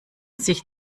sich